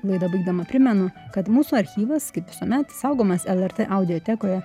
laidą baigdama primenu kad mūsų archyvas kaip visuomet saugomas lrt audiotekoje